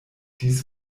dies